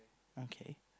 okay